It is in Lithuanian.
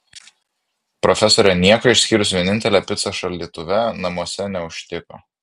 profesorė nieko išskyrus vienintelę picą šaldytuve namuose neužtiko